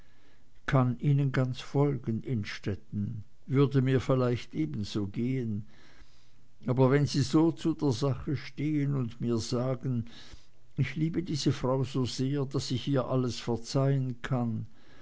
kann ganz folgen innstetten würde mir vielleicht ebenso gehen aber wenn sie so zu der sache stehen und mir sagen ich liebe diese frau so sehr daß ich ihr alles verzeihen kann